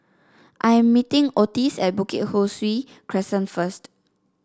I am meeting Otis at Bukit Ho Swee Crescent first